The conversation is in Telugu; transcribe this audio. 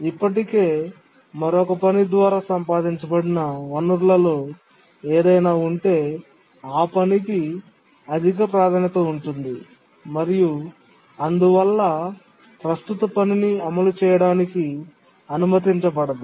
ఇప్పటికే మరొక పని ద్వారా సంపాదించబడిన వనరులలో ఏదైనా ఉంటే ఆ పనికి అధిక ప్రాధాన్యత ఉంటుంది మరియు అందువల్ల ప్రస్తుత పనిని అమలు చేయడానికి అనుమతించబడదు